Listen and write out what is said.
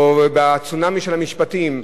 או בצונאמי של המשפטים,